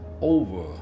over